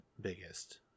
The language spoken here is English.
biggest